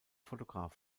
fotograf